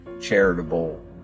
charitable